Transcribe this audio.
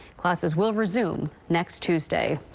classes will resume next tuesday.